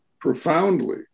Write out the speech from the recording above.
profoundly